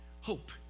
Hope